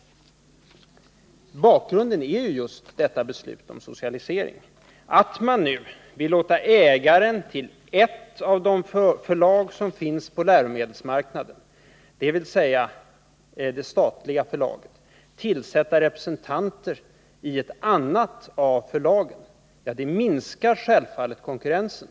Bakgrunden är just detta beslut om en socialisering av läromedelsbranschen. Att, som man vill, låta ägaren till ett av de förlag som finns på läromedelsmarknaden, dvs. det statliga förlaget, tillsätta representanter i ett annat förlag, minskar självfallet konkurrensen.